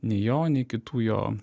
nei jo nei kitų jo